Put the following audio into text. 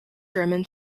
german